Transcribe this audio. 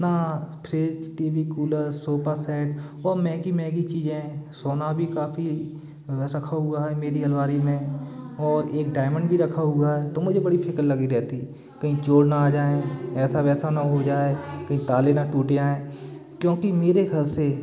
इतना fridge T V cooler sofa set और महँगी महँगी चीजें सोना भी काफ़ी रखा हुआ है मेरी अलमारी में और एक डायमंड भी रखा हुआ है तो मुझे बड़ी फिक्र लगी रहती कहीं चोर न आ जाएं ऐसा वैसा ना हो जाए कहीं ताले ना टूट जाएं क्योंकि मेरे घर से